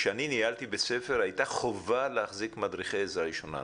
כשאני ניהלתי בית ספר הייתה חובה להחזיק מדריכי עזרה ראשונה.